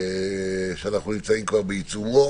שאנחנו נמצאים כבר בעיצומו.